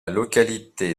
localité